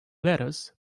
lettuce